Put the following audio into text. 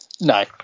No